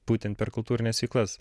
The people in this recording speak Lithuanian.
būtent per kultūrines veiklas